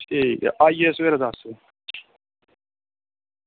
ठीक ऐ आई जाएओ सवेरे दस बजे